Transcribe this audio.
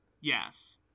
Yes